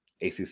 ACC